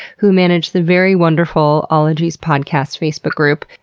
who manage the very wonderful ologies podcast facebook group.